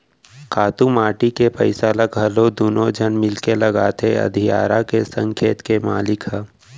खातू माटी के पइसा ल घलौ दुनों झन मिलके लगाथें अधियारा के संग खेत के मालिक ह